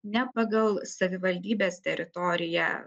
ne pagal savivaldybės teritoriją